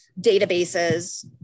databases